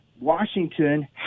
Washington